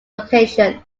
location